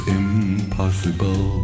impossible